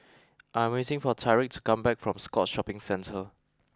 I am waiting for Tyrique to come back from Scotts Shopping Centre